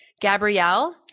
Gabrielle